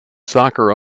soccer